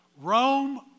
Rome